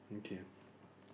okay